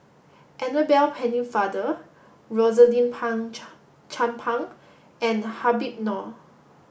Annabel Pennefather Rosaline Pang Chan Chan Pang and Habib Noh